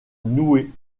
noué